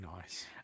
nice